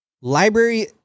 Library